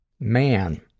man